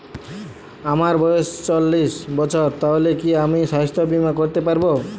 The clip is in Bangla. আমার বয়স চল্লিশ বছর তাহলে কি আমি সাস্থ্য বীমা করতে পারবো?